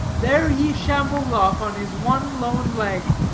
there he shambles off on his one lone leg,